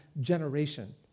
generation